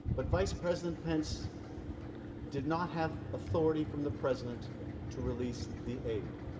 but vice president pence did not have authority from the president to release the aid.